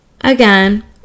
Again